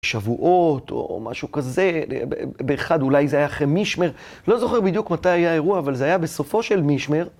שבועות, או משהו כזה, באחד אולי זה היה אחרי מישמר, לא זוכר בדיוק מתי היה האירוע, אבל זה היה בסופו של מישמר.